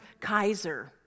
Kaiser